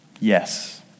yes